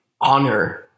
honor